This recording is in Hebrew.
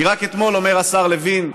רק אתמול אומר השר לוין,